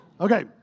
Okay